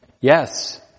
yes